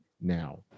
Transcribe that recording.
now